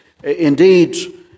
Indeed